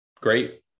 great